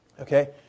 Okay